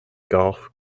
golf